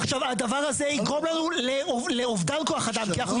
עכשיו הדבר הזה יגרום לנו לאובדן כוח אדם כי אנחנו נצטרך לטפל.